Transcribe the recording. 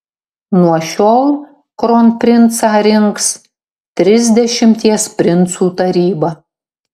nuo šiol kronprincą rinks trisdešimties princų taryba